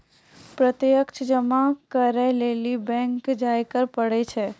प्रत्यक्ष जमा करै लेली बैंक जायल पड़ै छै